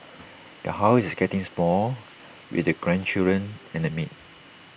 the house is getting small with the grandchildren and A maid